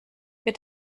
wird